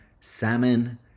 Salmon